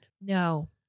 No